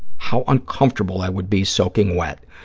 how uncomfortable i would be soaking wet.